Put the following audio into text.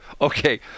Okay